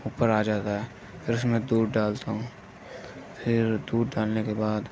اوپر آجاتا ہے پھر اُس میں دودھ ڈالتا ہوں پھر دودھ ڈالنے کے بعد